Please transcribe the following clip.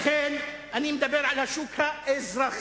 לכן אני מדבר על השוק האזרחי.